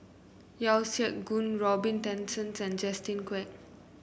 Yeo Siak Goon Robin Tessensohn and Justin Quek